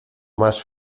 más